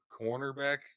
cornerback